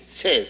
says